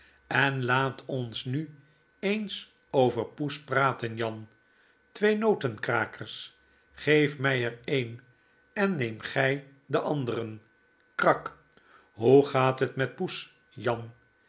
en laat ons nu eens over poes praten jan twee notenkrakers geef my er een en neem gy den anderen krak hoe gaat het met poes jan